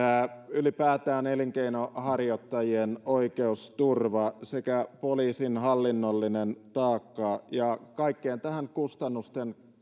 ylipäätään elinkeinonharjoittajien oikeusturva sekä poliisin hallinnollinen taakka ja kaikki tähän kustannusten